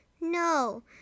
No